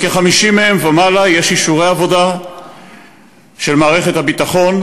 לכ-50,000 ומעלה מהם יש אישורי עבודה של מערכת הביטחון,